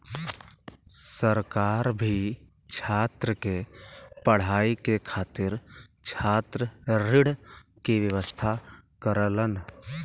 सरकार भी छात्र के पढ़ाई के खातिर छात्र ऋण के व्यवस्था करलन